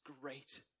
great